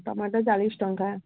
tomato ଚାଳିଶ ଟଙ୍କା